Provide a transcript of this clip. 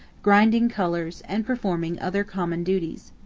grinding colors, and performing other common duties.